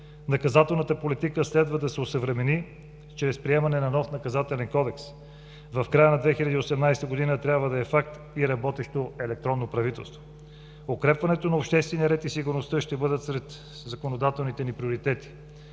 Наказателната политика следва да се осъвремени чрез приемане на нов Наказателен кодекс. В края на 2018 г. трябва да е факт и работещо електронно правителство. Укрепването на обществения ред и сигурността ще бъдат сред законодателните ни приоритети.